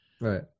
Right